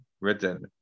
written